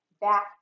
back